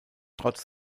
trotz